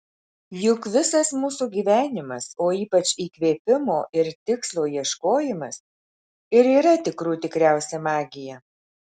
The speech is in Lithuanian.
juk visas mūsų gyvenimas o ypač įkvėpimo ir tikslo ieškojimas ir yra tikrų tikriausia magija